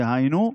דהיינו,